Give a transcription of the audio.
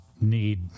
need